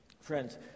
Friends